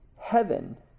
heaven